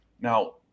Now